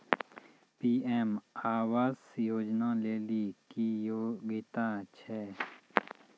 PM आवास योजना लेली की योग्यता छै?